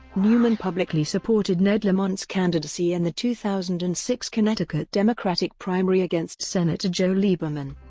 newman publicly supported ned lamont's candidacy in the two thousand and six connecticut democratic primary against senator joe lieberman,